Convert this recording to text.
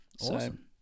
Awesome